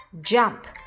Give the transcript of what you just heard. jump